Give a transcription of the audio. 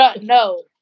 No